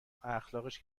اخلاقش